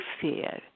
fear